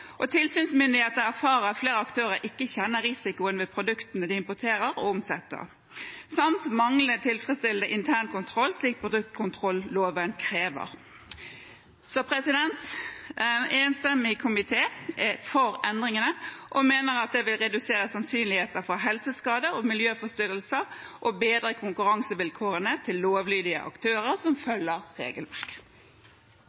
og tilsynsmyndighetene erfarer at flere aktører ikke kjenner risikoen ved produktene de importerer og omsetter, samt mangler tilfredsstillende internkontroll, slik produktkontrolloven krever. En enstemmig komité er for endringene og mener at det vil redusere sannsynligheten for helseskade og miljøforstyrrelse og bedre konkurransevilkårene til lovlydige aktører som